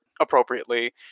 appropriately